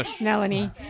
Melanie